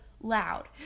loud